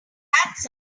sounds